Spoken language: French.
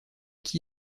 qui